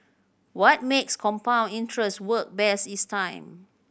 what makes compound interest work best is time